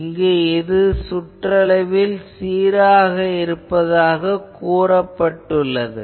இங்கு இது சுற்றளவில் சீராக இருப்பதாகக் கூறப்பட்டுள்ளது